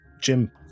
Jim